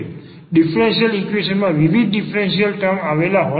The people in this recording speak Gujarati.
ડીફરન્સીયલ ઈક્વેશન માં વિવિધ ડીફરન્સીયલ ટર્મ આવેલા હોય છે